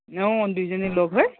অ দুয়োজনী লগ হৈ